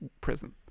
prison